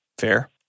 Fair